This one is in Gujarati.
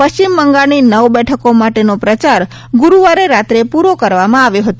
પશ્ચિમ બંગાળની નવ બેઠકો માટેનો પ્રચાર ગુરુવારે રાત્રે પૂરો કરવામાં આવ્યો હતો